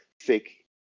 fake